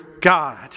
God